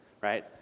right